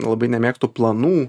labai nemėgstu planų